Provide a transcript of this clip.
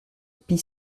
pie